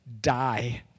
die